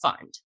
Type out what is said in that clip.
fund